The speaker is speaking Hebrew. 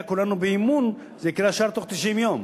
כולנו באי-אמון ואז זה יקרה ישר בתוך 90 יום.